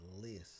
list